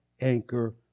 anchor